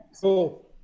Cool